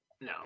No